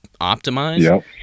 optimize